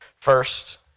first